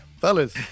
fellas